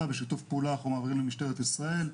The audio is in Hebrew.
בשיתוף פעולה אנחנו מעבירים למשטרת ישראל,